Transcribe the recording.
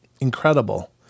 incredible